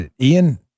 Ian